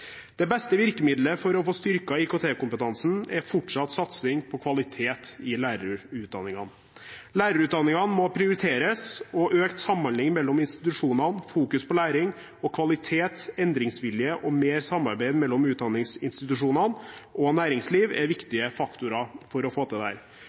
Det beste virkemiddelet for å få styrket IKT-kompetansen er fortsatt satsing på kvalitet i lærerutdanningene. Lærerutdanningene må prioriteres, og økt samhandling mellom institusjonene, fokus på læring og kvalitet, endringsvilje og mer samarbeid mellom utdanningsinstitusjonene og næringslivet er viktige faktorer for å få til dette. Kanskje er det